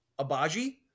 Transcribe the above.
Abaji